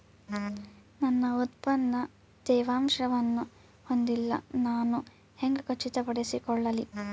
ನನ್ನ ಉತ್ಪನ್ನ ತೇವಾಂಶವನ್ನು ಹೊಂದಿಲ್ಲಾ ನಾನು ಹೆಂಗ್ ಖಚಿತಪಡಿಸಿಕೊಳ್ಳಲಿ?